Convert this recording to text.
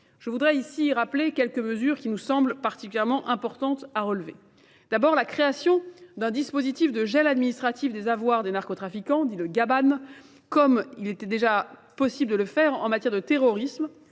Je voudrais ici rappeler quelques mesures qui nous semblent particulièrement importantes à relever. D'abord, la création d'un dispositif de gel administratif des avoirs des narcotrafiquants, dit le GABAN, comme il était déjà possible de le faire en matière de terrorisme,